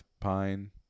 Pine